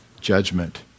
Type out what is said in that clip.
judgment